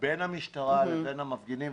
בין המשטרה לבין המפגינים,